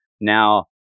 Now